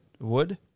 wood